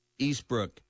Eastbrook